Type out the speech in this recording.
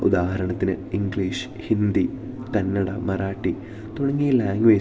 ഉദാഹരണത്തിന് ഇംഗ്ലീഷ് ഹിന്ദി കന്നഡ മറാട്ടി തുടങ്ങിയ ലാംഗ്വേജ്